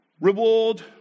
reward